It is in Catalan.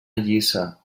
lliça